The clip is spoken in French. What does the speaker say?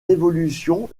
évolution